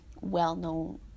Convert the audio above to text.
well-known